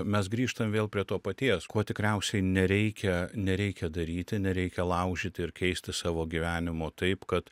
mes grįžtam vėl prie to paties ko tikriausiai nereikia nereikia daryti nereikia laužyti ir keisti savo gyvenimo taip kad